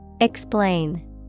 Explain